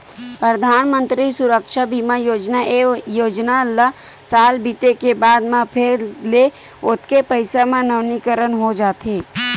परधानमंतरी सुरक्छा बीमा योजना, ए योजना ल साल बीते के बाद म फेर ले ओतके पइसा म नवीनीकरन हो जाथे